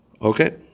Okay